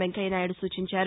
వెంకయ్య నాయుడు సూచించారు